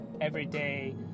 everyday